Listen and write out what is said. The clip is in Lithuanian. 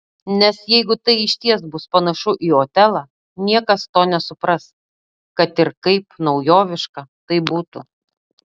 nes jeigu tai išties bus panašu į otelą niekas to nesupras kad ir kaip naujoviška tai būtų